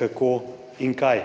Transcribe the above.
kako in kaj.